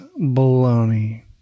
baloney